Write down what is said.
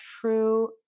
true